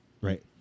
Right